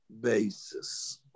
basis